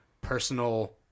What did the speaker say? personal